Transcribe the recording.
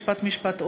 משפט-משפט,